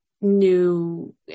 new